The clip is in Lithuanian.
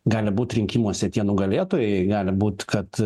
gali būt rinkimuose tie nugalėtojai gali būt kad